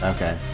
Okay